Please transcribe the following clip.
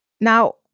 Now